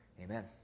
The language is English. amen